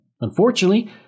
Unfortunately